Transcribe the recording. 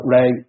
Ray